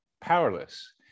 powerless